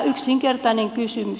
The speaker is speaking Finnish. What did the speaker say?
yksinkertainen kysymys